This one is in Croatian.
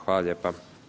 Hvala lijepa.